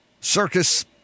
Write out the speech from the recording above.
circus